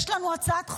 יש לנו הצעת חוק,